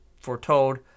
foretold